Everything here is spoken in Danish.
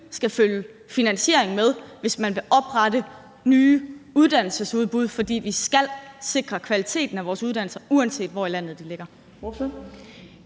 skal følge finansiering med, hvis man vil oprette nye uddannelsesudbud. For vi skal sikre kvaliteten af vores uddannelser, uanset hvor i landet de ligger.